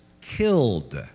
killed